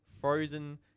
frozen